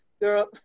girl